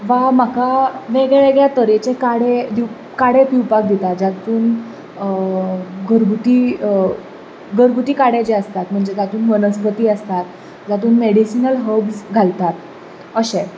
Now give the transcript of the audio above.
वा म्हाका वेगळ्या वेगळ्या तरेचे काडे काडे पिवपाक दिता जातूंत घरगूती घरगूती काडे जे आसतात म्हणजे जातूंत वनस्पती आसता जातूंत मॅडीसीनल हब्स घालतात अशें